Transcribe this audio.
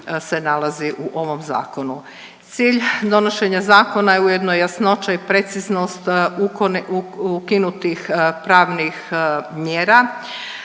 se nalazi u ovom zakonu. Cilj donošenja zakona je ujedno jasnoća i preciznost ukinutih pravnih mjera,